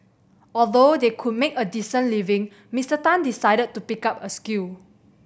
although they could make a decent living Mister Tan decided to pick up a skill